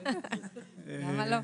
למה לא.